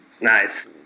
Nice